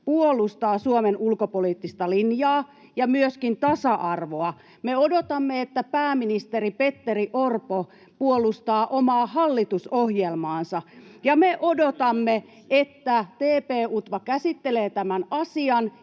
puolustaa Suomen ulkopoliittista linjaa ja myöskin tasa-arvoa. Me odotamme, että pääministeri Petteri Orpo puolustaa omaa hallitusohjelmaansa, [Oikealta: Näinhän hän on